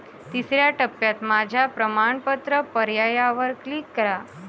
तिसर्या टप्प्यात माझ्या प्रमाणपत्र पर्यायावर क्लिक करा